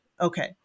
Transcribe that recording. Okay